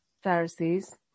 Pharisees